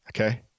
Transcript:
Okay